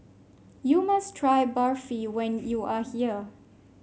you must try Barfi when you are here